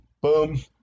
boom